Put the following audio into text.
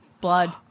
blood